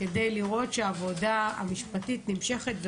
כדי לראות שהעבודה המשפטית נמשכת.